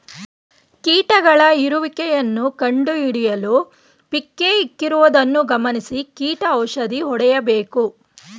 ಕೀಟಗಳ ಇರುವಿಕೆಯನ್ನು ಕಂಡುಹಿಡಿಯಲು ಪಿಕ್ಕೇ ಇಕ್ಕಿರುವುದನ್ನು ಗಮನಿಸಿ ಕೀಟ ಔಷಧಿ ಹೊಡೆಯಬೇಕು